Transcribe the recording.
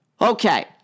Okay